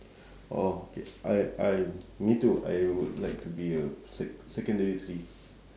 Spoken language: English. orh K I I me too I would like to be a sec~ secondary three